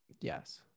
Yes